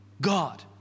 God